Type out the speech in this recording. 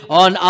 on